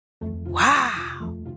Wow